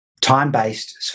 time-based